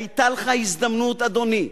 היתה לך הזדמנות, אדוני.